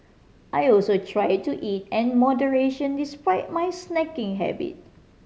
I also try to eat an moderation despite my snacking habit